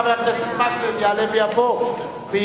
חבר הכנסת מקלב יעלה ויבוא ויברך,